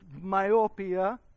myopia